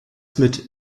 mit